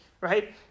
right